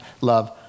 love